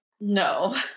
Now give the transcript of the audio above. no